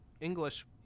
English